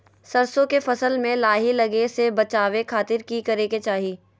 सरसों के फसल में लाही लगे से बचावे खातिर की करे के चाही?